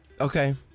Okay